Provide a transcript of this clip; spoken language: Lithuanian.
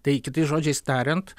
tai kitais žodžiais tariant